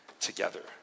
together